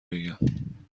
بگم